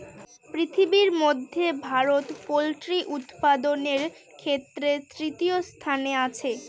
পৃথিবীর মধ্যে ভারত পোল্ট্রি উৎপাদনের ক্ষেত্রে তৃতীয় স্থানে আছে